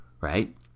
right